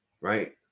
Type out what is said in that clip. right